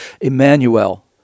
Emmanuel